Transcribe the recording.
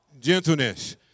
gentleness